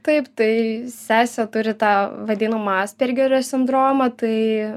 taip tai sesė turi tą vadinamą aspergerio sindromą tai